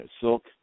silk